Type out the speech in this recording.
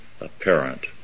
apparent